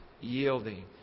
yielding